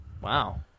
Wow